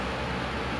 at that time